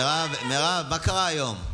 מירב, מה קרה היום?